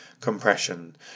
compression